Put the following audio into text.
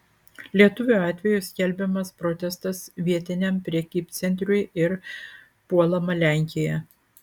lietuvio atveju skelbiamas protestas vietiniam prekybcentriui ir puolama lenkija